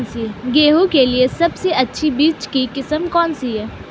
गेहूँ के लिए सबसे अच्छी बीज की किस्म कौनसी है?